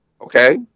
Okay